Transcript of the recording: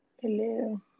Hello